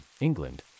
England